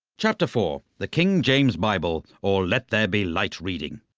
chapter four the king james bible or let there be light reading.